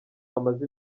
amaze